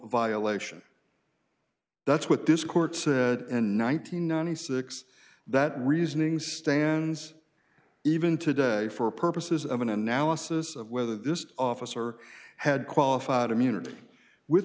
violation that's what this court said and nine hundred and ninety six that reasoning stands even today for purposes of an analysis of whether this officer had qualified immunity with